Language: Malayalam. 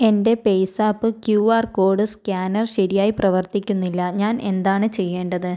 എൻ്റെ പേയ്സാപ്പ് ക്യു ആർ കോഡ് സ്കാനർ ശരിയായി പ്രവർത്തിക്കുന്നില്ല ഞാൻ എന്താണ് ചെയ്യേണ്ടത്